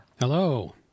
Hello